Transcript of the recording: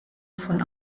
von